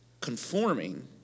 conforming